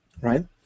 right